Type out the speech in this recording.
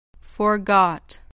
Forgot